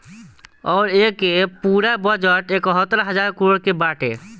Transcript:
अउर एके पूरा बजट एकहतर हज़ार करोड़ के बाटे